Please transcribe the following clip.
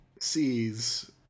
sees